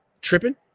Tripping